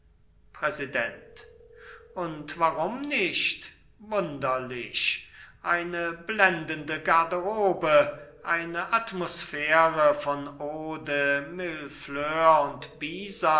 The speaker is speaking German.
präsident und warum nicht wunderlich eine blendende garderobe eine atmosphäre von eau de mille fleurs und